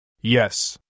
Yes